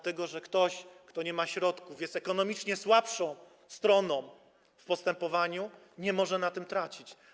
Ktoś, kto nie ma środków, jest ekonomicznie słabszą stroną w postępowaniu, nie może na tym tracić.